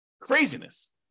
Craziness